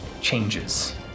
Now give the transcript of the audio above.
changes